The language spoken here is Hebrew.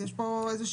יש פה הרחבה.